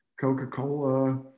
Coca-Cola